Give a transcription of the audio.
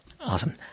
awesome